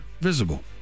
visible